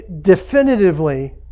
definitively